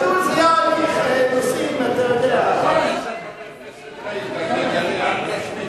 אל תשמיץ את כולם.